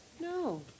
No